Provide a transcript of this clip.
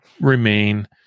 remain